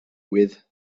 with